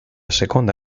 seconda